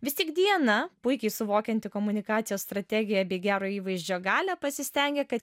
vis tik diana puikiai suvokianti komunikacijos strategiją bei gero įvaizdžio galią pasistengė kad